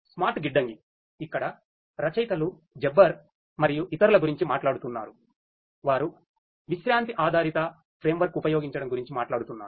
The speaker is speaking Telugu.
స్మార్ట్ గిడ్డంగి ఇక్కడ రచయితలు జబ్బర్ మరియు ఇతరుల గురించి మాట్లాడుతున్నారు వారు విశ్రాంతి ఆధారిత ఫ్రేమ్వర్క్ ఉపయోగించడం గురించి మాట్లాడుతున్నారు